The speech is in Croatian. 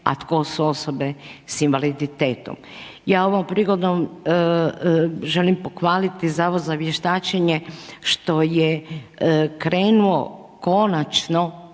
a tko su osobe sa invaliditetom. Ja ovom prigodom želim pohvaliti Zavod za vještačenje što je krenuo konačno,